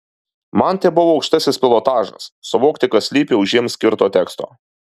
man tai buvo aukštasis pilotažas suvokti kas slypi už jiems skirto teksto